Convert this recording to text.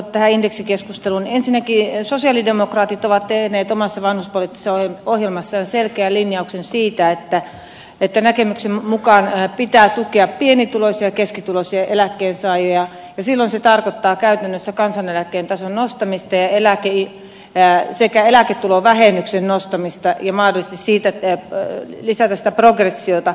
ensinnäkin sosialidemokraatit ovat tehneet omassa vanhuspoliittisessa ohjelmassaan selkeän linjauksen siitä että näkemyksemme mukaan pitää tukea pienituloisia ja keskituloisia eläkkeensaajia ja silloin se tarkoittaa käytännössä kansaneläkkeen tason nostamista sekä eläketulovähennyksen nostamista ja mahdollisesti sen progression lisäämistä